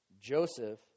Joseph